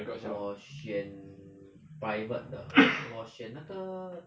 我选 private 的我选那个